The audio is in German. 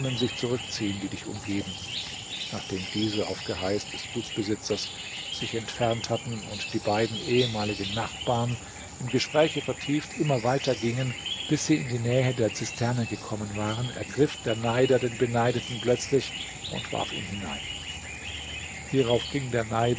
sich zurückziehen die dich umgeben nachdem diese auf geheiß des gutsbesitzers sich entfernt hatten und die beiden ehemaligen nachbarn im gespräche vertieft immer weiter gingen bis sie in die nähe der zisterne gekommen waren ergriff der neider den beneideten plötzlich und warf ihn hinein hierauf ging der